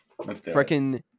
freaking